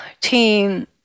team